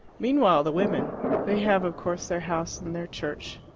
meanwhile the women they have, of course, their house and their church,